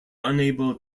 unable